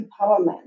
empowerment